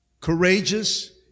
courageous